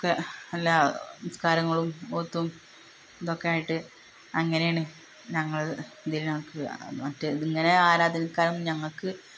ഒക്കെ എല്ലാ നിസ്കാരങ്ങളും ഓത്തും ഇതൊക്കെയായിട്ട് അങ്ങനെയാണ് ഞങ്ങളെ ഇതിൽ ഞങ്ങൾക്ക് മറ്റേ ഇങ്ങനെ ആരാധിക്കാനൊന്നും ഞങ്ങൾക്ക്